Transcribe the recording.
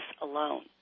alone